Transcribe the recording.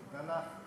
תודה לך,